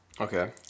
Okay